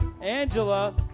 Angela